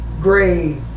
gray